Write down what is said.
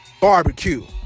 Barbecue